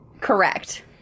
Correct